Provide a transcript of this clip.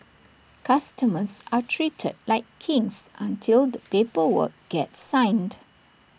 customers are treated like kings until the paper work gets signed